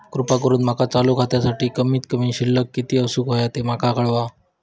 कृपा करून माका चालू खात्यासाठी कमित कमी शिल्लक किती असूक होया ते माका कळवा